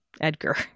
Edgar